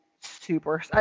super –